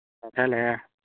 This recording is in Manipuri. ꯅꯛꯁꯤꯜꯂꯛꯑꯦ